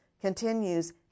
continues